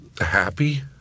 happy